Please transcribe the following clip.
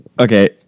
okay